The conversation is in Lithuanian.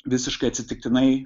visiškai atsitiktinai